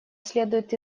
следует